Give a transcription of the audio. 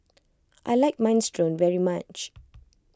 I like Minestrone very much